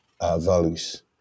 values